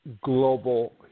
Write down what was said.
global